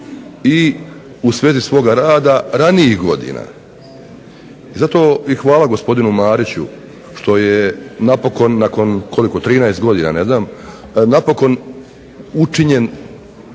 i u svezi svoga rada ranijih godina, zato i hvala gospodinu Mariću što je napokon nakon koliko 13 godina ne znam, napokon učinjen